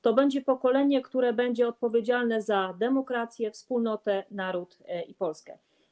To będzie pokolenie, które będzie odpowiedzialne za demokrację, wspólnotę, naród i Polskę.